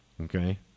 Okay